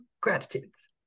gratitudes